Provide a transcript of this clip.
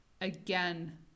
again